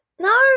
No